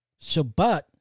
Shabbat